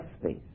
space